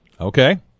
Okay